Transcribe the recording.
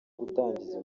gutangiza